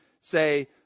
say